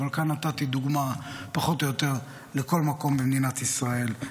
אבל כאן נתתי דוגמה פחות או יותר לכל מקום במדינת ישראל,